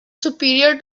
superior